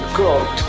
god